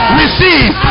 receive